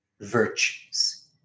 virtues